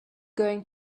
going